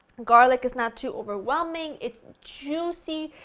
garlic is not too overwhelming, it's juicy,